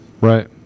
right